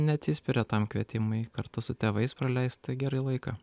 neatsispiria tam kvietimui kartu su tėvais praleisti gerai laiką